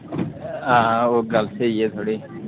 हां ओह् गल्ल ते स्हेई ऐ थुआढ़ी